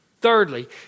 Thirdly